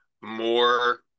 more